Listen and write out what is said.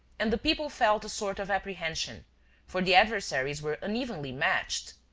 and the people felt a sort of apprehension for the adversaries were unevenly matched,